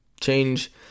change